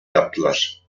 yaptılar